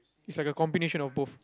it's like a combination of both